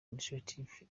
initiative